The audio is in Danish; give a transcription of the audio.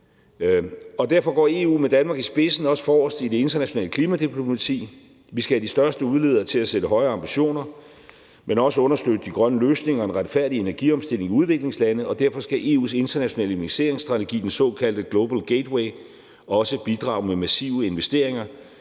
derfor går EU med Danmark i spidsen også forrest i det internationale klimadiplomati. Vi skal have de største udledere til at sætte højere ambitioner, men også understøtte de grønne løsninger og en retfærdig energiomstilling i udviklingslandene, og derfor skal EU’s internationale investeringsstrategi, den såkaldte Global Gateway, også bidrage med massive investeringer,